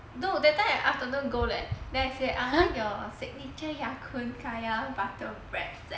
no that time I afternoon go leh then I say I want your signature ya kun kaya butter bread set